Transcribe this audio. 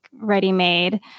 ready-made